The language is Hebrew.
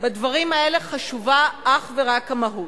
בדברים האלה חשובה אך ורק המהות.